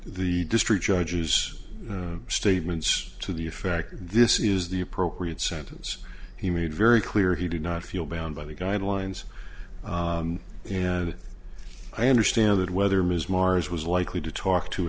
the district judge is statements to the effect that this is the appropriate sentence he made very clear he did not feel bound by the guidelines and i understand that whether ms mars was likely to talk to